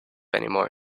anymore